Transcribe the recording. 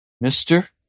Mister